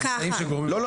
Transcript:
יש חפצים --- לא,